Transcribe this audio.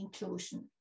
inclusion